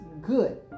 good